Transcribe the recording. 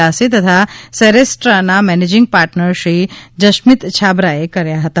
દાસે તથા સેરેસ્ટ્રાના મેનેજિંગ પાર્ટનર શ્રી જશમીત છાબરાએ હસ્તાક્ષર કર્યા હતા